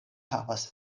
havas